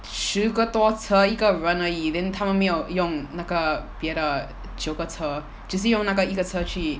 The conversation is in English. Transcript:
十个多车一个人而已 then 他们没有用那个别的九个车只是用那个一个车去